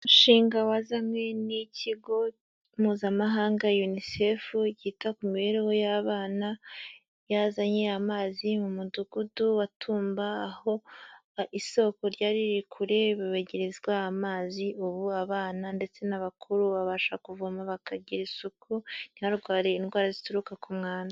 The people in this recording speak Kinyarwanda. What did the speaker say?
Umushinga wazanywe n'ikigo mpuzamahanga unicef cyita ku mibereho y'abana yazanye amazi mu mudugudu wa Tumba aho isoko ryari riri kureba begerezwa amazi, ubu abana ndetse n'abakuru babasha kuvoma bakagira isuku, ntibarwaye indwara zituruka ku mwanda.